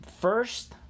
first